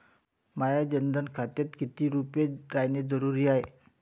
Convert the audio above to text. माह्या जनधन खात्यात कितीक रूपे रायने जरुरी हाय?